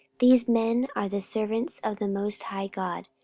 these men are the servants of the most high god,